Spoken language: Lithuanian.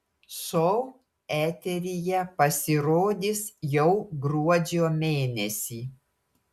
šou eteryje pasirodys jau gruodžio mėnesį